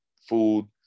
food